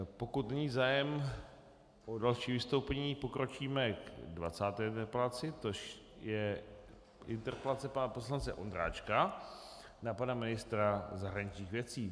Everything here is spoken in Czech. Pokud není zájem o další vystoupení, pokročíme k 20. interpelaci, což je interpelace pana poslance Ondráčka na pana ministra zahraničních věcí.